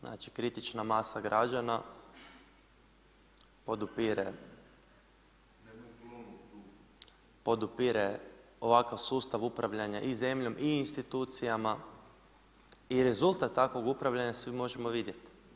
Znači kritična masa građana podupire ovakav sustav upravljanja i zemljom i institucijama i rezultat takvog upravljanja svi možemo vidjeti.